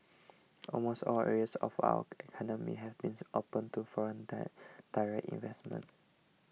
almost all areas of our economy have been opened to foreign direct investment